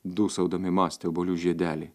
dūsaudami mąstė obuolių žiedeliai